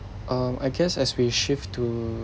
um I guess as we shift too